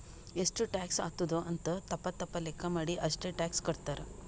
ಎಷ್ಟು ಟ್ಯಾಕ್ಸ್ ಆತ್ತುದ್ ಅಂತ್ ತಪ್ಪ ತಪ್ಪ ಲೆಕ್ಕಾ ಮಾಡಿ ಅಷ್ಟೇ ಟ್ಯಾಕ್ಸ್ ಕಟ್ತಾರ್